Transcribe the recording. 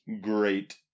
great